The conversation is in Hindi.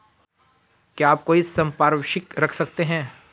क्या आप कोई संपार्श्विक रख सकते हैं?